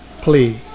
plea